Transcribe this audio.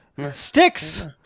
Sticks